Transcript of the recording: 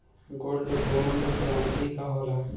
Gold bond करतिं का होला?